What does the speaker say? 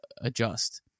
adjust